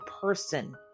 person